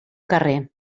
carrer